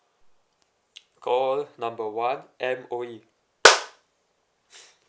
call number one M_O_E